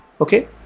Okay